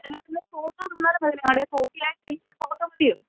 എല്ലാത്തിന്റെയും ഫോട്ടോ തന്നാലും മതി അല്ലേ ഞങ്ങളുടെ കോപ്പി കയ്യിലില്ല ഫോട്ടോ മതിയോ